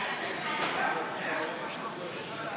ההצעה להעביר את הצעת חוק לשכת